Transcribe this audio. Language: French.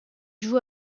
joue